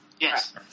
Yes